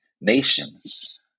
Nations